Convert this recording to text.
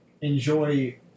enjoy